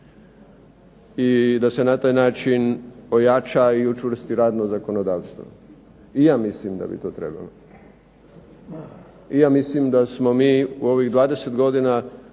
i da se na taj način ojača i učvrsti radno zakonodavstvo. I ja mislim da bi to trebalo. I ja mislim da smo mi u ovih 20 godina